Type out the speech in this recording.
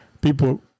people